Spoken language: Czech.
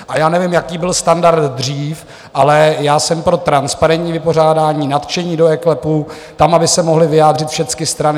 A já nevím, jaký byl standard dřív, ale já jsem pro transparentní vypořádání, nadšení do eKLEPu, tam aby se mohly vyjádřit všecky strany.